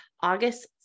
August